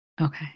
Okay